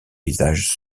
visage